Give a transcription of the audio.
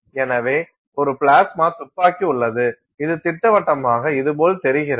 எனவே ஒரு பிளாஸ்மா துப்பாக்கி உள்ளது இது திட்டவட்டமாக இது போல் தெரிகிறது